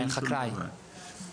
ואין חקלאי.